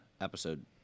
episode